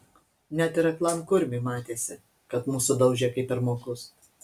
net ir aklam kurmiui matėsi kad mus sudaužė kaip pirmokus